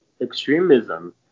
extremism